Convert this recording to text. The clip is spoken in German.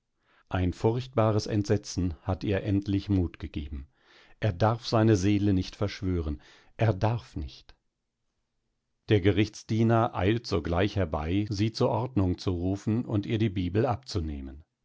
ein furchtbares entsetzen hat ihr endlich mut gegeben er darf seine seele nicht verschwören er darf nicht der gerichtsdiener eilt sogleich herbei sie zur ordnung zu rufen und ihr die bibel abzunehmen